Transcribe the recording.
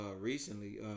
recently